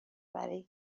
برای